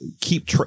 keep